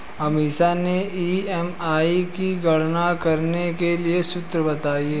अमीषा ने ई.एम.आई की गणना करने के लिए सूत्र बताए